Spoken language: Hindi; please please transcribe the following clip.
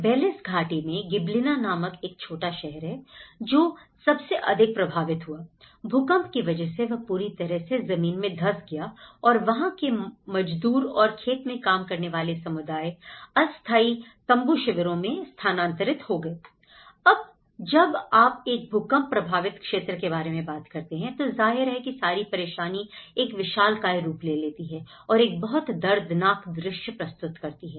बेलीस घाटी में गिबलिना नामक एक छोटा शहर है जो सबसे अधिक प्रभावित हुआ भूकंप की वजह से वह पूरी तरह से जमीन में धंस गया और वहां के मजदूर और खेत में काम करने वाले समुदाय अस्थाई तंबू शिविरों में स्थानांतरित हो गए अब जब आप एक भूकंप प्रभावित क्षेत्र के बारे में बात करते हैं तो जाहिर है कि सारी परेशानी एक विशालकाय रूप ले लेती हैं और एक बहुत दर्दनाक दृश्य प्रस्तुत करती है